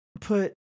put